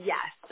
Yes